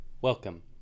Welcome